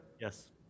Yes